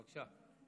בבקשה.